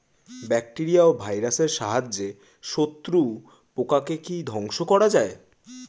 Bacteria ও ভাইরাসের সাহায্যে শত্রু পোকাকে কি ধ্বংস করা যায়?